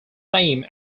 fame